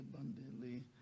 abundantly